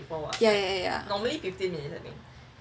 yeah yeah yeah yeah